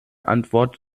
antwort